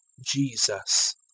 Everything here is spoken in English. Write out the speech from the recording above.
Jesus